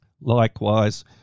Likewise